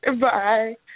Bye